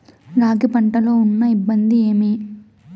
రాగి పంటలో ఉన్న ఇబ్బంది ఏమి?